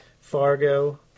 fargo